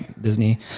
Disney